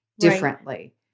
differently